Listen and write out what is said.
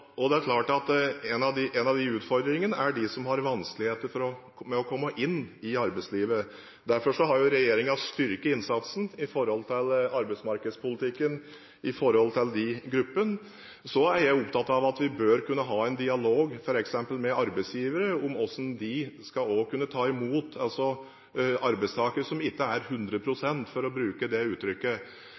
En av utfordringene gjelder dem som har vanskeligheter med å komme inn i arbeidslivet. Derfor har regjeringen styrket innsatsen når det gjelder arbeidsmarkedspolitikken overfor disse gruppene. Jeg er opptatt av at vi bør kunne ha en dialog med f.eks. arbeidsgivere om hvordan de skal kunne ta imot arbeidstakere som ikke er 100 pst., for å bruke det uttrykket.